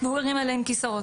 והוא הרים עליהם כיסאות.